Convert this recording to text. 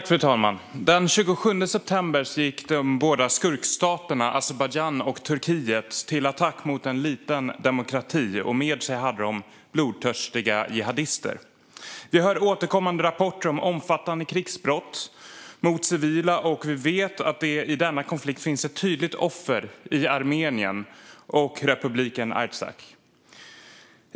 Fru talman! Den 27 september gick de båda skurkstaterna Azerbajdzjan och Turkiet till attack mot en liten demokrati. Med sig hade de blodtörstiga jihadister. Vi hör återkommande rapporter om omfattande krigsbrott mot civila, och vi vet att det i denna konflikt finns ett tydligt offer i Armenien och Republiken Artsach.